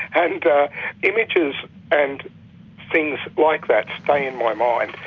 and images and things like that stay in my mind.